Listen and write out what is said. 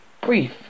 brief